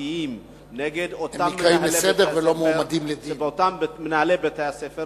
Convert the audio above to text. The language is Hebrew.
משמעתיים נגד אותם מנהלי בתי-ספר